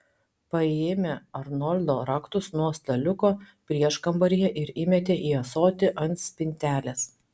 paėmė arnoldo raktus nuo staliuko prieškambaryje ir įmetė į ąsotį ant spintelės